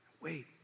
Wait